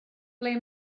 ble